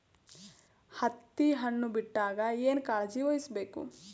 ಹತ್ತಿ ಹಣ್ಣು ಬಿಟ್ಟಾಗ ಏನ ಕಾಳಜಿ ವಹಿಸ ಬೇಕು?